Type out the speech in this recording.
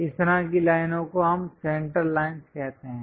इस तरह की लाइनों को हम सेंटर लाइंस कहते हैं